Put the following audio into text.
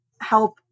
help